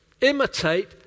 imitate